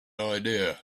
idea